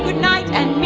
night and meet?